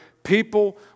People